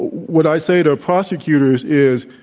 what i say to prosecutors is,